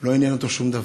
לא עניין אותו שום דבר,